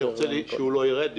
שלא יירד.